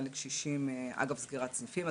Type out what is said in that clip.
אגב סגירת סניפים.